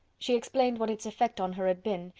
she explained what its effect on her had been,